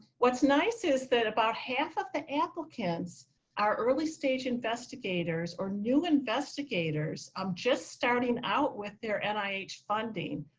what's nice is that about half of the applicants are early stage investigators or new investigators, um just starting out with their and nih funding.